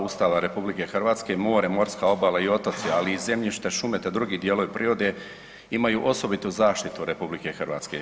Ustava RH more, morska obala i otoci, ali i zemljište, šume te drugi dijelovi prirode imaju osobitu zaštitu RH.